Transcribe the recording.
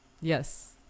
yes